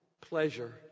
pleasure